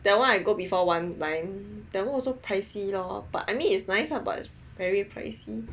that one I go before one time that one also pricey lor but I mean it's nice lah but it's very pricey